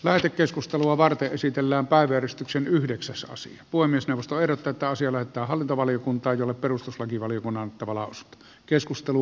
lähetekeskustelua varten esitellään päiveristyksen yhdeksässadas voimistelusta verotetaan siellä että hallintovaliokuntaan jolle perustuslakivaliokunnan on annettava lausunto